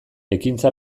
ekintza